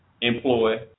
employ